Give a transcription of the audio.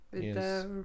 Yes